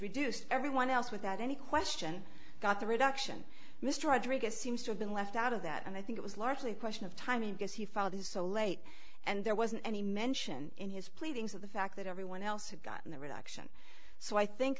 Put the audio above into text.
introduced everyone else without any question got the reduction mr rodriguez seems to have been left out of that and i think it was largely question of timing because he filed this so late and there wasn't any mention in his pleadings of the fact that everyone else had gotten the reaction so i think